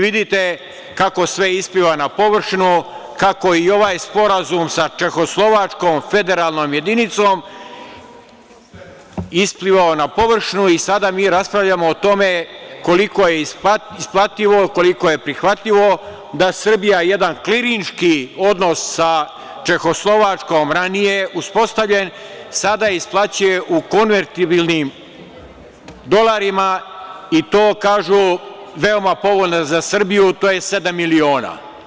Vidite kako sve ispliva na površinu, kako i ovaj sporazum sa Čehoslovačkom federalnom jedinicom isplivao na površinu i sada mi raspravljamo o tome koliko je isplativo, koliko je prihvatljivo da Srbija jedan klirinški odnos sa Čehoslovačkom ranije uspostavljen sada isplaćuje u konvertibilnim dolarima i to kažu, veoma povoljno za Srbiju, a to je sedam miliona.